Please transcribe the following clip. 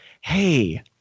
Hey